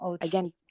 again